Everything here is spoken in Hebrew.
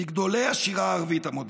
מגדולי השירה הערבית המודרנית.